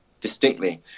distinctly